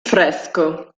fresco